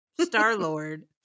Star-Lord